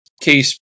case